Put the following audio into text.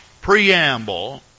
preamble